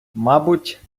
мабуть